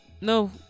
no